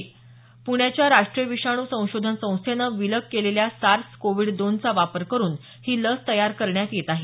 प्ण्याच्या राष्टीय विषाणू संशोधन संस्थेनं विलग केलेल्या सार्स कोविड दोनचा वापर करून ही लस तयार करण्यात येत आहे